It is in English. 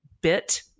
bit